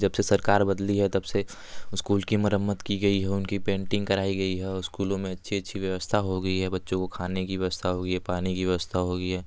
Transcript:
जब से सरकार बदली है तब से स्कूल की मरम्मत की गई है उनकी पेंटिंग कराई गई है और स्कूलों में अच्छी अच्छी व्यवस्था हो गई है बच्चों को खाने की व्यवस्था हो गई है पाने की व्यवस्था हो गई है